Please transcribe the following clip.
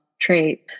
trait